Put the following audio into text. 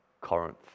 Corinth